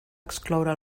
excloure